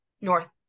North